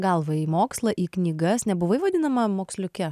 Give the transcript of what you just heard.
galva į mokslą į knygas nebuvai vadinama moksliuke